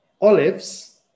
olives